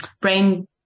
brain